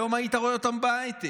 היום היית רואה אותם בהייטק,